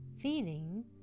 feeling